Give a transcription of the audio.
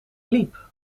liep